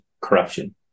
corruption